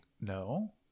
No